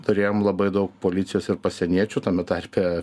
turėjom labai daug policijos ir pasieniečių tame tarpe